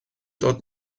dod